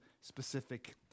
specific